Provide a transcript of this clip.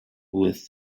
with